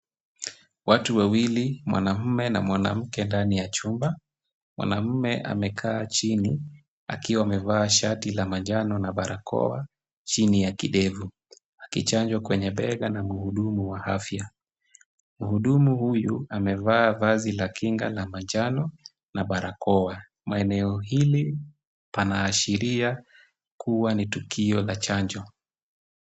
Watu wawili, mwanaume na mwanamke ndani ya chumba, mwanaume amekaa chini akiwa amevaa shati la manjano na barakoa chini ya kidevu, akichanjwa kwenye bega na mhudumu wa afya. Mhudumu huyu amevaa vazi la kinga la manjano na barakoa. Maeneo haya yanaashiria kubwa ni tukio la chanjo.